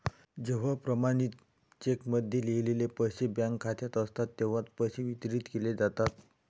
जेव्हा प्रमाणित चेकमध्ये लिहिलेले पैसे बँक खात्यात असतात तेव्हाच पैसे वितरित केले जातात